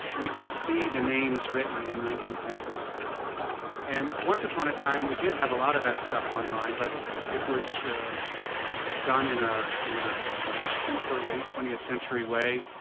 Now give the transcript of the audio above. we can see the names written in nineteen century scroll and once upon a time we did have a lot of that stuff online, but it was done in ah in ah a simpler late twentieth century way.